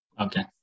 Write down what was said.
Okay